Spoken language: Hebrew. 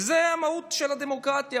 וזאת המהות של הדמוקרטיה,